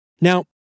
Now